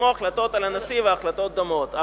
כמו החלטות על הנשיא והחלטות דומות.